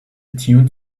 tune